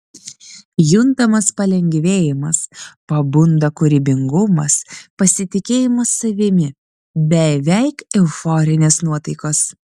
juntamas palengvėjimas pabunda kūrybingumas pasitikėjimas savimi beveik euforinės nuotaikos